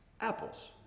Apples